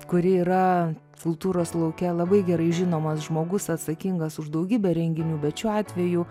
kuri yra kultūros lauke labai gerai žinomas žmogus atsakingas už daugybę renginių bet šiuo atveju